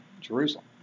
Jerusalem